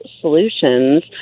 solutions